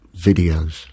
videos